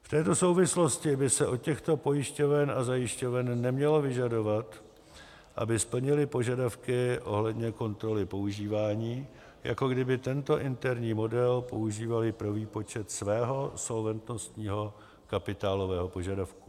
V této souvislosti by se od těchto pojišťoven a zajišťoven nemělo vyžadovat, aby splnily požadavky ohledně kontroly používání, jako kdyby tento interní model používaly pro výpočet svého solventnostního kapitálového požadavku.